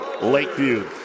Lakeview